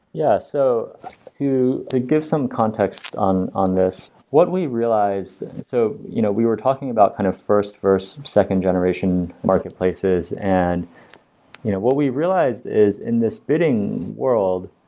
yeah, so to give some context on on this, what we realized so you know we were talking about kind of first versus second generation marketplaces and you know what we realized is in this bidding world,